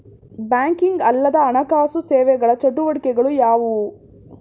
Banking ಅಲ್ಲದ ಹಣಕಾಸು ಸೇವೆಗಳ ಚಟುವಟಿಕೆಗಳು ಯಾವುವು?